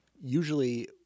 usually